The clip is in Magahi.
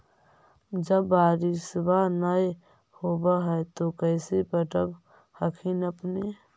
जब बारिसबा नय होब है तो कैसे पटब हखिन अपने?